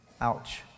Ouch